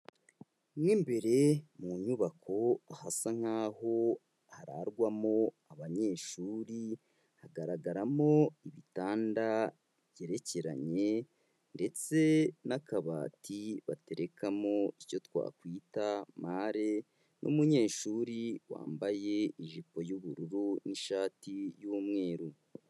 Mo imbere mu nyubako hasa nkaho hararwamo abanyeshuri, hagaragaramo ibitanda bigerekeranye ndetse n'akabati baterekamo icyo twakwita mare, n'umunyeshuri wambaye ijipo y'ubururu n'ishati y'umweru.